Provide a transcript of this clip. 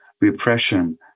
Repression